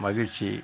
மகிழ்ச்சி